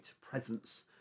presence